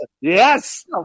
Yes